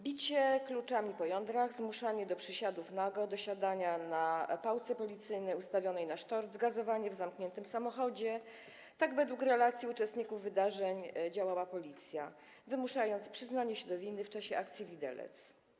Bicie kluczami po jądrach, zmuszanie do przysiadów nago, do siadania na pałce policyjnej ustawionej na sztorc, gazowanie w zamkniętym samochodzie - tak według relacji uczestników wydarzeń działała policja, wymuszając przyznanie się do winy w czasie akcji „Widelec”